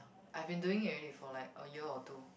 I've been doing it already for like a year or two